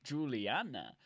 Juliana